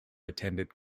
attended